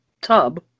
tub